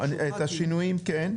את השינויים כן.